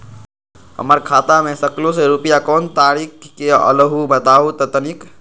हमर खाता में सकलू से रूपया कोन तारीक के अलऊह बताहु त तनिक?